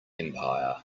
empire